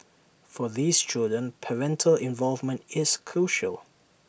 for these children parental involvement is crucial